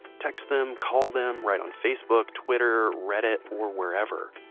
text them, call them, write on facebook, twitter, reddit or wherever.